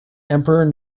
emperor